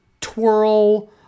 twirl